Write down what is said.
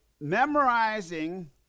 memorizing